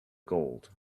gold